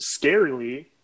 scarily